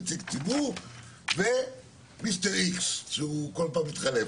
נציג ציבור ומיסטר איקס שהוא כל פעם מחלף.